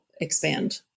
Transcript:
expand